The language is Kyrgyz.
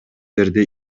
жерде